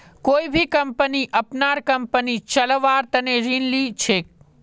कोई भी कम्पनी अपनार कम्पनी चलव्वार तने ऋण ली छेक